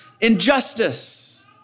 injustice